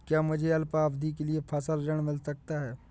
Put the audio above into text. क्या मुझे अल्पावधि के लिए फसल ऋण मिल सकता है?